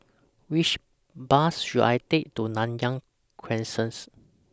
Which Bus should I Take to Nanyang Crescents